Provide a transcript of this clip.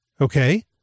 Okay